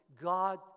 God